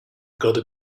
gotta